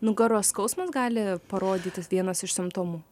nugaros skausmas gali parodyti vienas iš simptomų